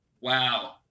wow